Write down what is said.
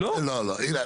לא, לא.